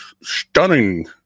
stunning